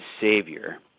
Savior